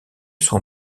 sont